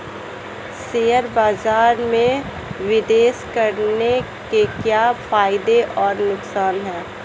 Share बाज़ार में निवेश करने के क्या फायदे और नुकसान हैं?